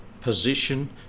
position